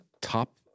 top